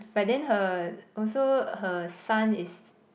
but then her also her son is